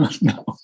No